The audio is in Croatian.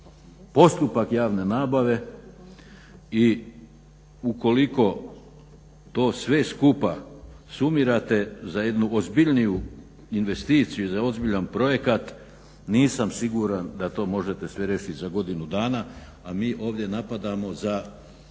postupak javne nabave. I ukoliko to sve skupa sumirate za jednu ozbiljniju investiciju za ozbiljan projekat nisam siguran da to možete sve riješiti za godinu dana. A mi ovdje napadamo za